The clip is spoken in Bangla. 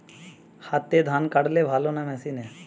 হাতে ধান কাটলে ভালো না মেশিনে?